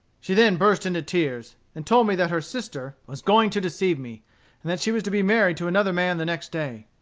she then burst into tears, and told me that her sister was going to deceive me and that she was to be married to another man the next day.